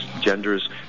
genders